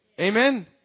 Amen